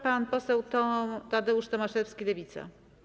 Pan poseł Tadeusz Tomaszewski, Lewica.